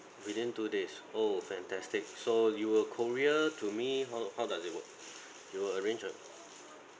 within two days oh fantastic so you will courier to me how how does it work you will arrange ah